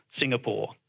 Singapore